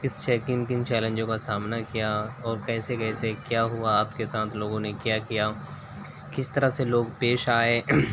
کس سے کن کن چیلنجوں کا سامنا کیا اور کیسے کیسے کیا ہوا آپ کے ساتھ لوگوں نے کیا کیا کس طرح سے لوگ پیش آئے